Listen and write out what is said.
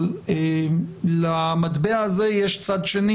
אבל למטבע הזה יש צד שני